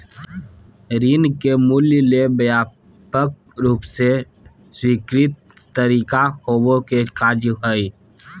ऋण के मूल्य ले व्यापक रूप से स्वीकृत तरीका होबो के कार्य हइ